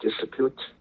dispute